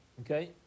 Okay